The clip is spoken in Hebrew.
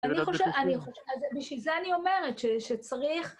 אני חושבת, בשביל זה אני אומרת שצריך...